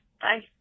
Bye